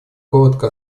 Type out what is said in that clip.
коротко